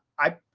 i,